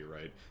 right